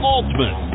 Altman